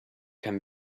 can